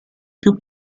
più